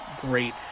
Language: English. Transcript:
great